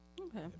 Okay